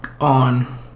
on